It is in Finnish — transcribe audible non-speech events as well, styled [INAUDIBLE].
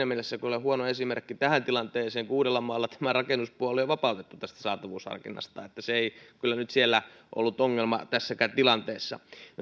[UNINTELLIGIBLE] mielessä kyllä huono esimerkki tähän tilanteeseen kun uudellamaalla rakennuspuoli on vapautettu tästä saatavuusharkinnasta eli se ei kyllä nyt siellä ollut ongelma tässäkään tilanteessa no